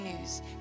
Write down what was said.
news